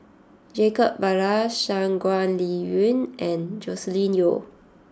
Jacob Ballas Shangguan Liuyun and Joscelin Yeo